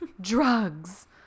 drugs